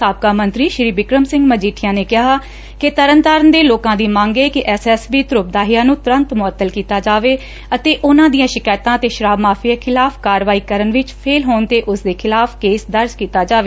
ਸਾਬਕਾ ਮੰਤਰੀ ਬਿਕਰਮ ਸਿੰਘ ਮਜੀਠੀਆ ਨੇ ਕਿਹਾ ਕਿ ਤਰਨਤਾਰਨ ਦੇ ਲੋਕਾਂ ਦੀ ਮੰਗ ਏ ਕਿ S S P Dhruv Dahiya ਨੂੰ ਤੁਰੰਤ ਮੁਅੱਤਲ ਕੀਤਾ ਜਾਵੇ ਅਤੇ ਉਨੂਂ ਦੀਆਂ ਸ਼ਿਕਾਇਤਾਂ ਤੇ ਸ਼ਰਾਬ ਮਾਫ਼ੀਆ ਖਿਲਾਫ਼ ਕਾਰਵਾਈ ਕਰਨ ਵਿਚ ਫੇਲ ਹੋਣ ਤੇ ਉਸਦੇ ਖਿਲਾਫ਼ ਕੇਸ ਦਰਜ ਕੀਤਾ ਜਾਵੇ